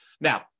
Now